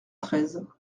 treize